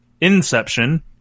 inception